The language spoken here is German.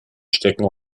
stecken